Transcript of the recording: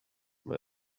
man